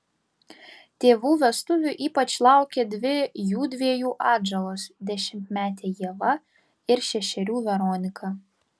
tėvų vestuvių ypač laukė dvi jųdviejų atžalos dešimtmetė ieva ir šešerių veronika